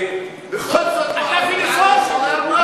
תתייחס לאנטישמיות